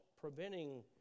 preventing